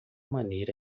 maneira